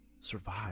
survive